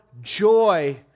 joy